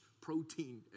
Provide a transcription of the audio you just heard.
protein